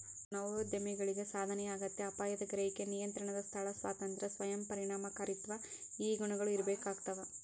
ನವೋದ್ಯಮಿಗಳಿಗ ಸಾಧನೆಯ ಅಗತ್ಯ ಅಪಾಯದ ಗ್ರಹಿಕೆ ನಿಯಂತ್ರಣದ ಸ್ಥಳ ಸ್ವಾತಂತ್ರ್ಯ ಸ್ವಯಂ ಪರಿಣಾಮಕಾರಿತ್ವ ಈ ಗುಣಗಳ ಇರ್ಬೇಕಾಗ್ತವಾ